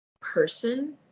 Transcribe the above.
person